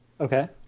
okay